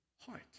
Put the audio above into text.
heart